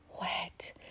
wet